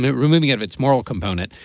and removing of its moral component,